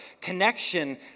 connection